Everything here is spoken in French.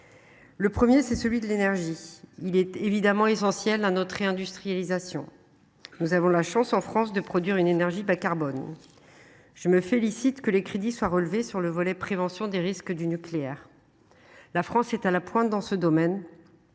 Le premier, celui de l’énergie, est évidemment essentiel à notre réindustrialisation. Nous avons la chance, en France, de produire une énergie bas carbone. Je me félicite que les crédits soient relevés sur le volet prévention des risques du nucléaire. La France est à la pointe dans ce domaine,